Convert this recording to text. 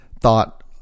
thought